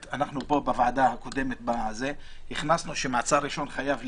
בוועדה הקודמת הכנסנו שמעצר ראשון חייב להיות,